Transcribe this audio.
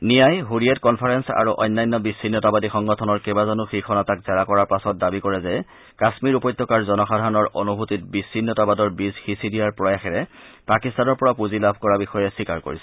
নায়ে ছৰিয়েট কনফাৰেন্স আৰু অন্য বিছ্নতাবাদী সংগঠনৰ কেইবাজনো শীৰ্য নেতাক জেৰা কৰাৰ পিছত দাবী কৰে যে কাশ্মীৰ উপ্যতকাৰ জনসাধাৰণৰ অনুভূতিত বিছিন্নতাবাদৰ বীজ সিঁচি দিয়াৰ প্ৰয়াসেৰে পাকিস্তানৰ পৰা পুঁজি লাভ কৰা বিষয়ে স্বীকাৰ কৰিছে